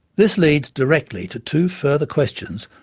this leads directly to two further questions,